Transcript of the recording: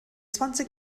zwanzig